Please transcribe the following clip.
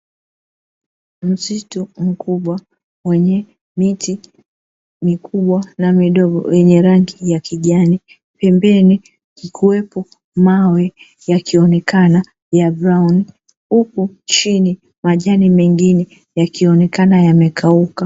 Msitu mkubwa wenye miti mikubwa na midogo yenye rangi ya kijani, pembeni yakiwepo mawe yakionekana ya "brown" huku chini majani mengine yakionekana yamekauka.